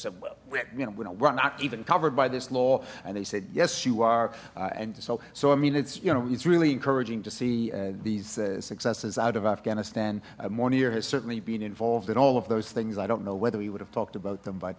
well you know we're not even covered by this law and they said yes you are and so so i mean it's you know it's really encouraging to see these successes out of afghanistan more near has certainly been involved in all of those things i don't know whether he would have talked about them but